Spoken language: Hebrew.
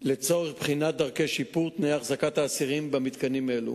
לצורך בחינת הדרכים לשפר את תנאי אחזקת האסירים במתקנים אלו.